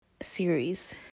series